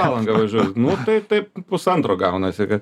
palangą važiuot nu tai taip pusantro gaunasi kad